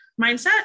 mindset